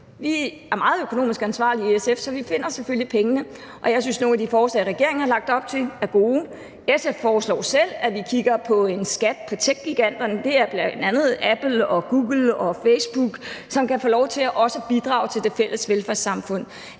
Vi er meget økonomisk ansvarlige i SF, så vi finder selvfølgelig pengene, og jeg synes, at nogle af de forslag, som regeringen har lagt op til, er gode. SF foreslår selv, at vi kigger på en skat på techgiganterne. Det er bl.a. Apple, Google og Facebook, som også kan få lov til at bidrage til det fælles velfærdssamfund.